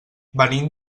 venim